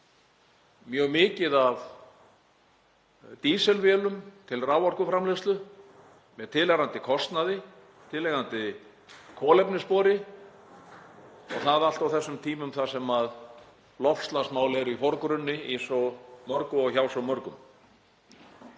mjög mikið af dísilvélum til raforkuframleiðslu með tilheyrandi kostnaði og tilheyrandi kolefnisspori, allt það á þessum tímum þar sem loftslagsmál eru í forgrunni í svo mörgu og hjá svo mörgum.